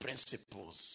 Principles